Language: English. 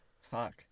Fuck